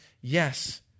Yes